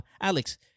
Alex